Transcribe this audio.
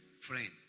friend